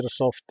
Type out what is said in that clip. Microsoft